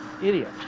Idiot